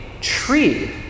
tree